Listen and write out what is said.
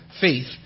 faith